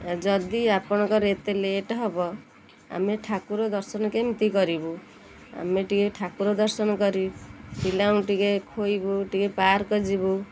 ଯଦି ଆପଣଙ୍କର ଏତେ ଲେଟ୍ ହେବ ଆମେ ଠାକୁର ଦର୍ଶନ କେମିତି କରିବୁ ଆମେ ଟିକେ ଠାକୁର ଦର୍ଶନ କରିବୁ ପିଲାଙ୍କୁ ଟିକେ ଖୁଆଇବୁ ଟିକେ ପାର୍କ ଯିବୁ